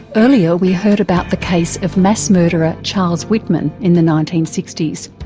earlier we heard about the case of mass murderer charles whitman in the nineteen sixty s.